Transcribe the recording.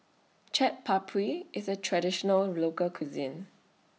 Chaat Papri IS A Traditional Local Cuisine